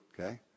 okay